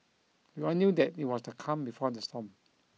we are knew that it was the calm before the storm